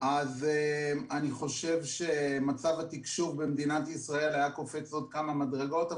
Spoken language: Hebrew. אז אני חושב שמצב התקשוב במדינת ישראל היה קופץ עוד כמה דרגות.